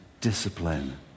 discipline